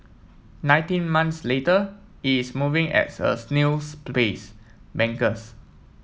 nineteen months later it is moving at a snail's pace bankers